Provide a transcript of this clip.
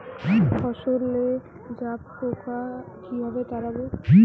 ফসলে জাবপোকা কিভাবে তাড়াব?